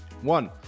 one